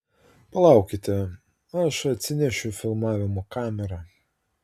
palaukite aš atsinešiu filmavimo kamerą